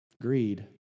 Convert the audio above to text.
Greed